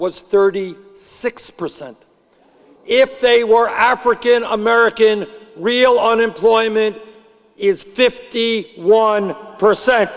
was thirty six percent if they were african american real unemployment is fifty one per